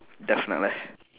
definitely